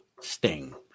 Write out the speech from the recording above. Sting